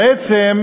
בעצם